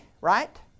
right